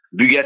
Bugatti